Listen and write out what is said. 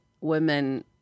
women